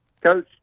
Coach